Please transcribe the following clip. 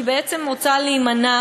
היא בעצם רוצה להימנע